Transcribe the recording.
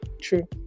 true